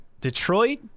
Detroit